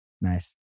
Nice